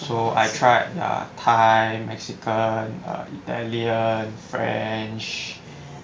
so I tried err thai mexican err italian french